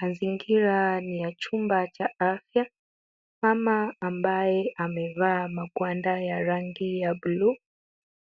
Mazingira ni ya chumba cha afya. Mama ambaye amevaa magwanda ya rangi ya buluu